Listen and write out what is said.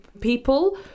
people